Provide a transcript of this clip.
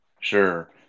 Sure